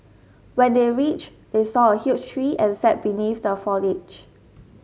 when they reached they saw a huge tree and sat beneath the foliage